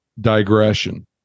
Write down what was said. digression